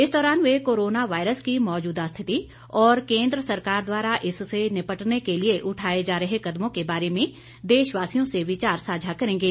इस दौरान वे कोरोना वायरस की मौजूदा स्थिति और केंद्र सरकार द्वारा इससे निपटने के लिए उठाए जा रहे कदमों के बारे में देशवासियों से विचार सांझा करेंगे